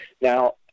Now